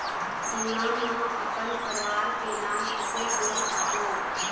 बीमा म अपन परवार के नाम किसे जोड़ पाबो?